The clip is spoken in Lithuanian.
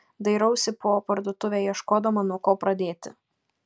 dairausi po parduotuvę ieškodama nuo ko pradėti